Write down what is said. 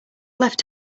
left